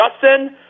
Justin